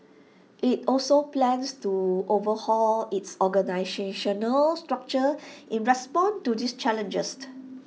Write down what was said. IT also plans to overhaul its organisational structure in response to these challenges